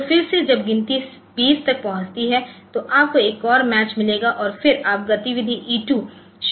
तो फिर से जब गिनती 20 तक पहुंचती है तो आपको एक और मैच मिलेगा और फिर आप गतिविधि ई 2 शुरू कर सकते हैं